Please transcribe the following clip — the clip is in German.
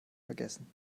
vergessen